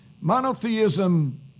Monotheism